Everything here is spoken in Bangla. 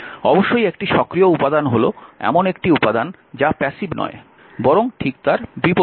অবশ্যই একটি সক্রিয় উপাদান হল এমন একটি উপাদান যা প্যাসিভ নয় বরং ঠিক তার বিপরীত